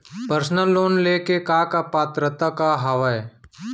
Personal loan ले के का का पात्रता का हवय?